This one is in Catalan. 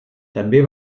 també